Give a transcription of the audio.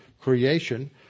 creation